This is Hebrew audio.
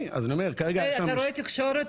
ואתה רואה תקשורת?